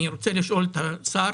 אני רוצה לשאול את השר: